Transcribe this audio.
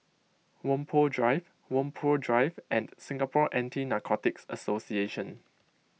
Whampoa Drive Whampoa Drive and Singapore Anti Narcotics Association